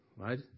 Right